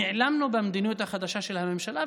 נעלמנו במדיניות החדשה של הממשלה,